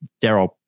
Daryl